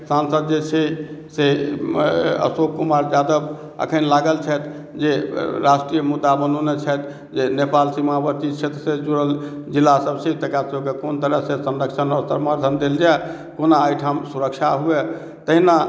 सांसद जे छै से अशोक कुमार यादव एखन लागल छथि जे राष्ट्रीय मुद्दा बनौने छथि जे नेपाल सीमावर्ती क्षेत्रसँ जुड़ल जिला सब छै तकरा सबके कोन तरहसँ संरक्षण आओर सम्वर्धन देल जाइ कोना एहिठाम सुरक्षा हुअए तहिना